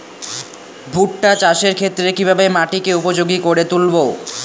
ভুট্টা চাষের ক্ষেত্রে কিভাবে মাটিকে উপযোগী করে তুলবো?